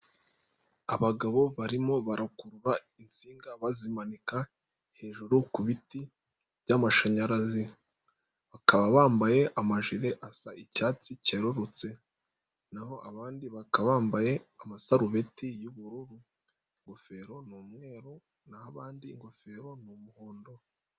Abagabo barimo bakurura insinga bazimanika hejuru ku biti by'amashanyarazi, bakaba bambaye amajire asa icyatsi cyerurutse n'aho abandi bakaba bambaye amasarubeti y'ubururu n'ingofero n'umweru n'aho abandi ingofero n'umuhondo.